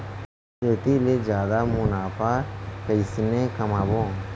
खेती ले जादा मुनाफा कइसने कमाबो?